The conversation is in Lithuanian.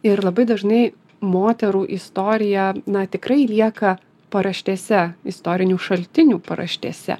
ir labai dažnai moterų istorija na tikrai lieka paraštėse istorinių šaltinių paraštėse